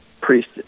priest